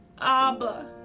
Abba